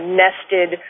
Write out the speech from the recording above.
nested